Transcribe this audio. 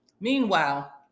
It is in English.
Meanwhile